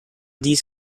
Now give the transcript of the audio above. dies